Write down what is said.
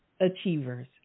Achievers